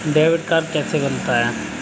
Debit card कैसे बनता है?